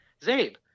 Zabe